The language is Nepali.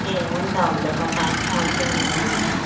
ए हुन्छ हुन्छ म टाइममै आउँछु नि म लिनु